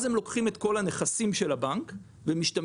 אז הם לוקחים את כל הנכסים של הבנק ומשתמשים